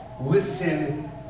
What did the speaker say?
listen